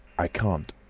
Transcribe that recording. i can't.